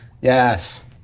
Yes